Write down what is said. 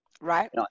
right